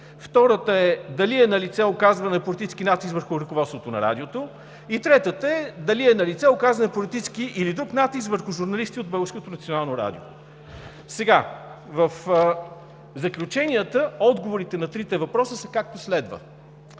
втората е дали е налице оказване на политически натиск върху ръководството на Радиото, и третата е дали е налице оказване на политически или друг натиск върху журналисти от Българското национално радио. В заключенията отговорите на трите въпроса са, както следва: